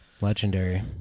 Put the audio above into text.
Legendary